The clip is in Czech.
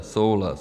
Souhlas.